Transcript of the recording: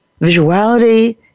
Visuality